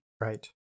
Right